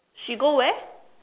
she go where